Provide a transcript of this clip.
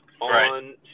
on